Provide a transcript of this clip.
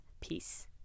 Peace